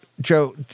Joe